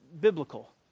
biblical